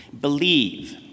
Believe